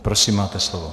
Prosím, máte slovo.